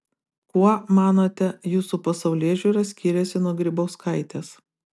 kuo manote jūsų pasaulėžiūra skiriasi nuo grybauskaitės